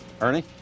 ernie